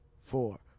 four